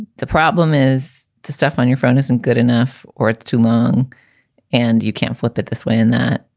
the problem is the stuff on your front isn't good enough or it's too long and you can't flip it this way and that.